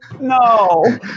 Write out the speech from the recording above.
No